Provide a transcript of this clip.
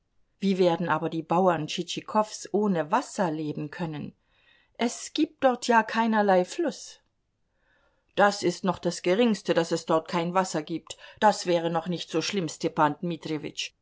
wie werden aber die bauern tschitschikows ohne wasser leben können es gibt dort ja keinerlei fluß das ist noch das geringste daß es dort kein wasser gibt das wäre noch nicht so schlimm